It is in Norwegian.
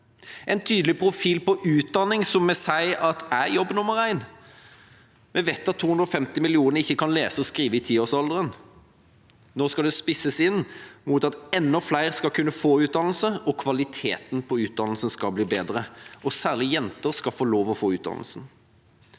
en tydelig utdanningsprofil, som vi sier er jobb nummer én. Vi vet at 250 millioner ikke kan lese og skrive i tiårsalderen. Nå skal bistanden spisses inn mot at enda flere skal kunne få utdannelse, og kvaliteten på utdannelsen skal bli bedre. Særlig jenter skal få lov til å få utdannelse.